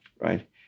right